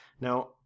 Now